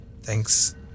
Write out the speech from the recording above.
Thanks